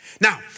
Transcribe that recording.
Now